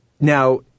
Now